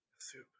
soup